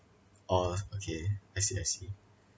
orh okay I see I see